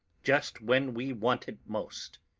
just when we want it most.